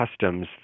customs